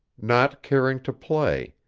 not caring to play,